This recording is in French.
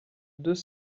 deux